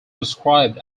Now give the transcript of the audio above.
described